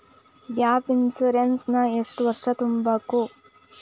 Gap insurance ನ ಎಷ್ಟ್ ವರ್ಷ ತುಂಬಕು?